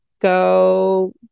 go